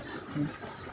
स्